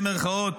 במירכאות,